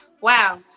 Wow